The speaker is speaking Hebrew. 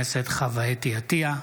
אתי עטייה.